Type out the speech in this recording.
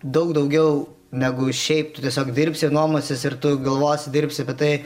daug daugiau negu šiaip tu tiesiog dirbsiu nuomosis ir tu galvosi dirbsi apie tai